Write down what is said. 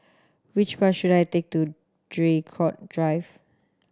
which bus should I take to Draycott Drive